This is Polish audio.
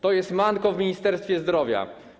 To jest manko w Ministerstwie Zdrowia.